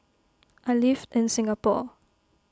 I live in Singapore